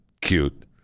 cute